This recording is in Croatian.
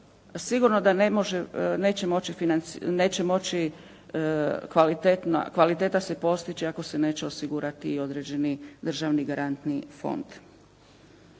neće moći, neće moći kvaliteta se postići ako se neće osigurati i određeni državni garantni fond.